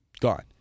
gone